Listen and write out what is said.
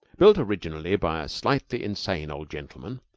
built originally by a slightly insane old gentleman,